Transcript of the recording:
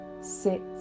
Sit